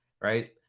Right